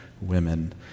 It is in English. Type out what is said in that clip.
women